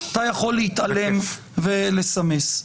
אתה יכול להתעלם ולסמס.